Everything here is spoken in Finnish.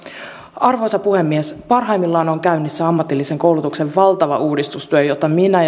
arvoisa puhemies parhaimmillaan on käynnissä ammatillisen koulutuksen valtava uudistustyö jota minä